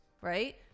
right